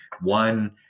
One